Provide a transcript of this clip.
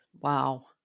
Wow